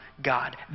God